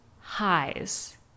highs